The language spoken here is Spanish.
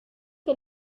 que